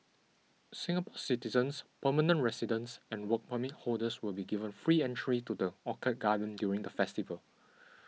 Singapore citizens permanent residents and Work Permit holders will be given free entry to the Orchid Garden during the festival